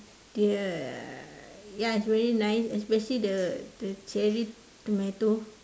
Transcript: the ya it's very nice especially the the cherry tomato